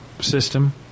system